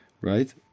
Right